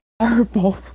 terrible